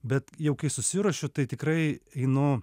bet jau kai susiruošiu tai tikrai einu